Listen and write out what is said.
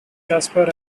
casper